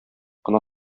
кына